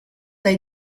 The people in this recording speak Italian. dai